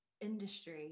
industry